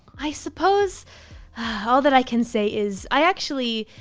i suppose all that i can say is i actually.